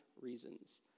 reasons